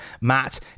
Matt